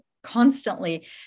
constantly